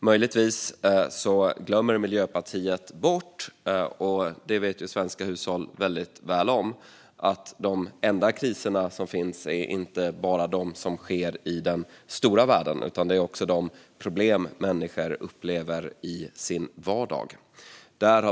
Möjligtvis glömmer Miljöpartiet bort - det vet svenska hushåll väldigt väl om - att de problem som finns inte bara är de i den stora världen, utan det är också de problem som människor upplever i sin vardag.